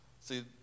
see